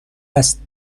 است